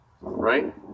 right